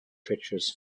treacherous